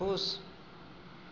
खुश